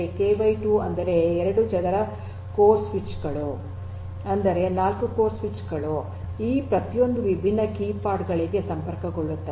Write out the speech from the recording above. K 2 ಅಂದರೆ 2 ಚದರ core switch ಗಳು ಅಂದರೆ 4 ಕೋರ್ ಸ್ವಿಚ್ ಗಳು ಈ ಪ್ರತಿಯೊಂದು ವಿಭಿನ್ನ ಕೀ ಪಾಡ್ ಗಳಿಗೆ ಸಂಪರ್ಕಗೊಳ್ಳುತ್ತವೆ